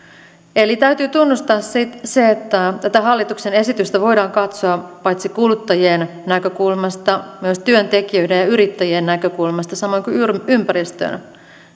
eli täytyy tunnustaa se se että tätä hallituksen esitystä voidaan katsoa paitsi kuluttajien näkökulmasta myös työntekijöiden ja yrittäjien näkökulmasta samoin kuin ympäristön